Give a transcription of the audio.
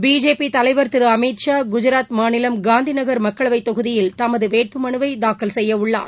BJP தலைவர் திரு அமித் ஷா குஜராத் மாநிலம் Gandhinagar மக்களவைத் தொகுதியில் தமது வேட்புமனுவை தாக்கல் செய்யவுள்ளார்